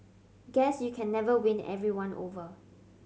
guess you can never win everyone over